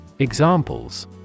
Examples